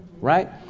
Right